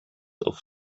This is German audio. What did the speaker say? auf